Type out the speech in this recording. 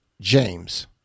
James